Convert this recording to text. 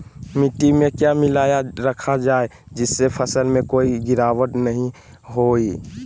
मिट्टी में क्या मिलाया रखा जाए जिससे फसल में कोई गिरावट नहीं होई?